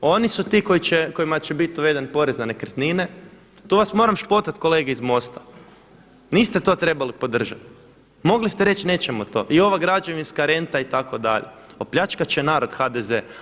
Oni su ti kojima će biti uveden porez na nekretnine, tu vas moram špotat kolege iz MOST-a, niste to trebali podržati, mogli ste reći nećemo to i ova građevinska renta itd. opljačkat će narod HDZ.